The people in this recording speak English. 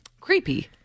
creepy